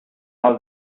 all